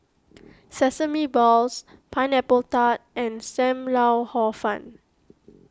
Sesame Balls Pineapple Tart and Sam Lau Hor Fun